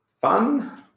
fun